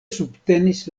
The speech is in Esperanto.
subtenis